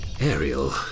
Ariel